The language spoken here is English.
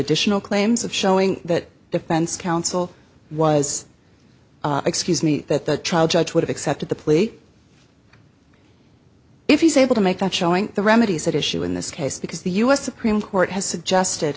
additional claims of showing that defense counsel was excuse me that the trial judge would accept the plea if he's able to make that showing the remedies at issue in this case because the u s supreme court has suggested